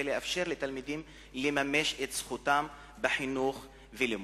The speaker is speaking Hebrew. לאפשר לתלמידים לממש את זכותם לחינוך ולימוד.